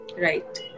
Right